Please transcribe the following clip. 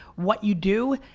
what you do,